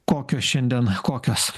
kokios šiandien kokios